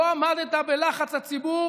לא עמדת בלחץ הציבור